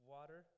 Water